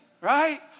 right